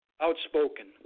outspoken